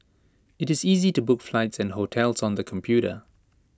IT is easy to book flights and hotels on the computer